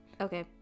Okay